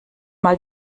mal